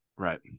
Right